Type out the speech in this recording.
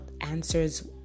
answers